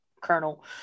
Colonel